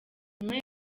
umwe